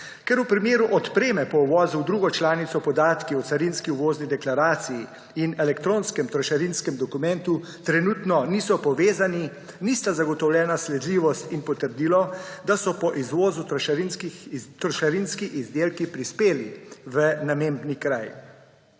Ker v primeru odpreme po uvozu v drugo članico podatki o carinski uvozni deklaraciji in elektronskem trošarinskem dokumentu trenutno niso povezani, nista zagotovljena sledljivost in potrdilo, da so po izvozu trošarinski izdelki prispeli v namembni kraj.